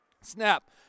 Snap